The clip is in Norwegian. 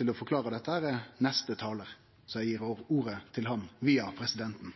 til å forklare dette er neste talar, så eg gir ordet til han – via presidenten.